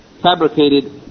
fabricated